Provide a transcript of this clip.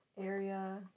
area